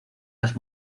las